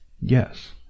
yes